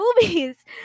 movies